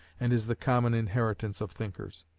and is the common inheritance of thinkers.